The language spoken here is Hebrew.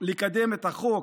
לקדם את החוק